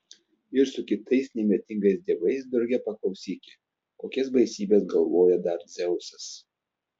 ir su kitais nemirtingais dievais drauge paklausyki kokias baisybes galvoja dar dzeusas